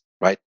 right